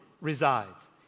resides